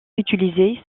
utilisés